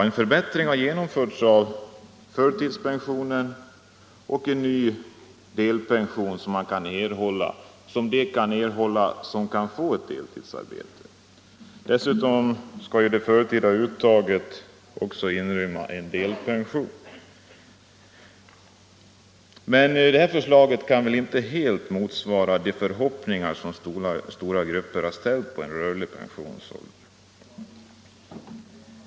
En förbättring har genomförts i fråga om förtidspension och en ny möjlighet till delpension har införts för dem som kan få ett deltidsarbete. Dessutom skall det förtida uttaget kunna avse delpension. Detta förslag kan inte helt motsvara de förhoppningar som stora grupper har ställt på en rörlig pensionsålder.